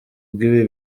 bw’ibi